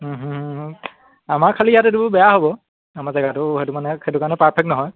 আমাৰ খালি ইয়াত এইটো বেয়া হ'ব আমাৰ জেগাটো সেইটো মানে সেইটো কাৰণে পাৰফেক্ট নহয়